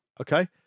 Okay